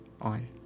on